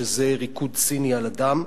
שזה ריקוד ציני על הדם.